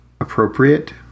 appropriate